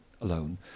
alone